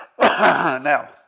Now